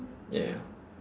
yeah